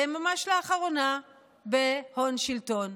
ממש לאחרונה בהון שלטון.